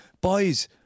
boys